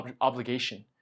obligation